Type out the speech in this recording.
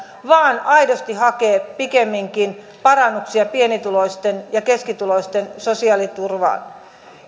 vaan aidosti hakee pikemminkin parannuksia pienituloisten ja keskituloisten sosiaaliturvaan